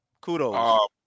kudos